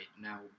Now